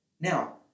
Now